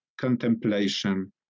contemplation